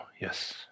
yes